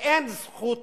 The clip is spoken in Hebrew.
שאין זכות